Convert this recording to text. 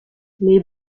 les